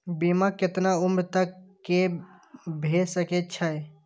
बीमा केतना उम्र तक के भे सके छै?